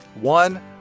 One